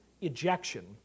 Ejection